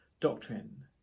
doctrine